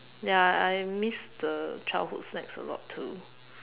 ya I miss the childhood snacks a lot too